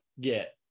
get